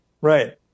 Right